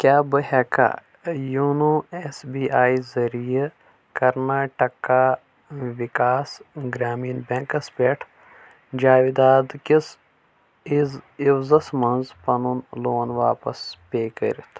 کیٛاہ بہٕ ہٮ۪کا یوٗنو ایٚس بی آی ذٔریعہٕ کرناٹکا وِکاس گرٛامیٖن بیٚنٛکَس پٮ۪ٹھ جایداد کِس عِوزَس منٛز پَنُن لون واپس پے کٔرِتھ